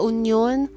Union